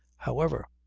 however.